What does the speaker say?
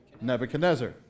Nebuchadnezzar